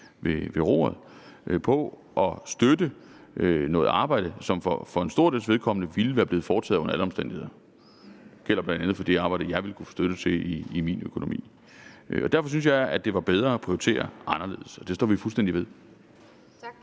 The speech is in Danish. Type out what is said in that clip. ved roret, på at støtte noget arbejde, som for en stor dels vedkommende ville være blevet foretaget under alle omstændigheder. Det gælder bl.a. for det arbejde, som jeg ville kunne få støtte til i min økonomi. Derfor synes jeg, at det er bedre at prioritere anderledes. Det står vi fuldstændig ved.